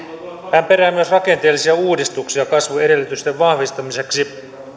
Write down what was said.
hän perää myös rakenteellisia uudistuksia kasvuedellytysten vahvistamiseksi